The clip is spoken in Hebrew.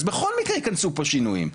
אז בכל מקרה ייכנסו פה שינויים,